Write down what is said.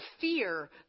fear